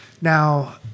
now